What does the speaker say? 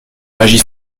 magie